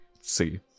see